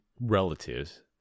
relatives